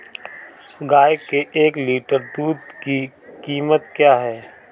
गाय के एक लीटर दूध की कीमत क्या है?